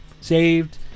saved